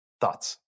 Thoughts